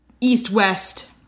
East-West